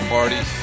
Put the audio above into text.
Party